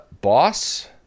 boss